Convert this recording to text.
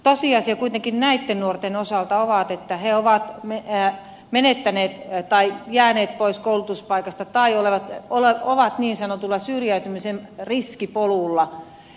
tosiasia kuitenkin näitten nuorten osalta on että he ovat jääneet pois koulutuspaikasta tai ovat niin sanotulla syrjäytymisen riskipolulla